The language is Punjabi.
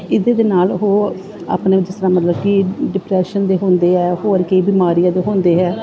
ਇਹਦੇ ਦੇ ਨਾਲ ਹੋਰ ਆਪਣੇ ਜਿਸ ਤਰ੍ਹਾਂ ਮਤਲਬ ਕਿ ਡਿਪਰੈਸ਼ਨ ਦੇ ਹੁੰਦੇ ਆ ਹੋਰ ਕਈ ਬਿਮਾਰੀਆਂ ਦੇ ਹੁੰਦੇ ਹੈ